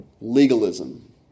Legalism